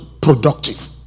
productive